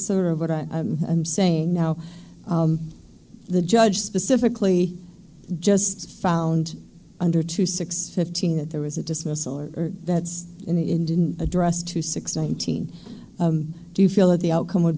sort of what i'm saying now the judge specifically just found under two six fifteen that there was a dismissal or that's in didn't address to six nineteen do you feel that the outcome would